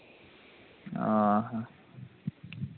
ᱚᱻ ᱦᱮᱸ